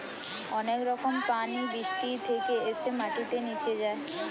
অনেক রকম পানি বৃষ্টি থেকে এসে মাটিতে নিচে যায়